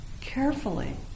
carefully